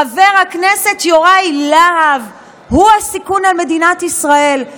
חבר הכנסת יוראי להב הוא הסיכון למדינת ישראל.